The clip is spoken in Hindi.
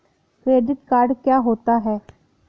क्रेडिट कार्ड क्या होता है?